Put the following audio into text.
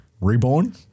reborn